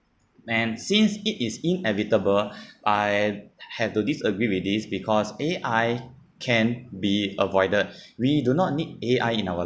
and since it is inevitable I have to disagree with this because A_I can be avoided we do not need A_I in our